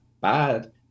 bad